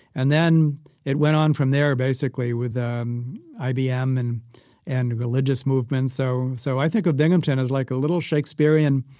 and then it went on from there basically with um ibm and and religious movements. so so i think of binghamton as like a little shakespearean